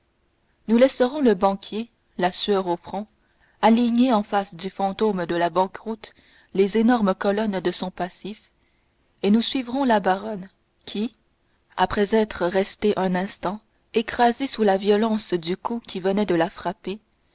nous laisserons le banquier la sueur au front aligner en face du fantôme de la banqueroute les énormes colonnes de son passif et nous suivrons la baronne qui après être restée un instant écrasée sous la violence du coup qui venait de la frapper